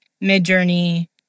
mid-journey